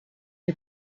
nie